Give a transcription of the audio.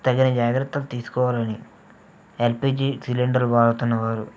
తగిన జాగ్రత్తలు తీసుకోవాలని ఎల్పిజి సిలిండర్ వాడుతున్నా వారు